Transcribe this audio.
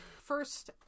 First